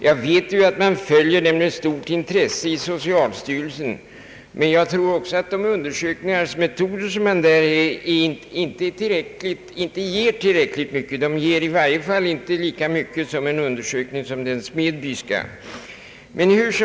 Jag vet ju att socialstyrelsen med stort intresse följer denna fråga, men jag anser att de undersökningsmetoder som tillämpas inom socialstyrelsen inte ger tillräckligt mycket — i varje fall inte lika mycket som den undersökning doktor Smedby utförde.